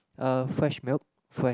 uh fresh milk fresh